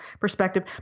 perspective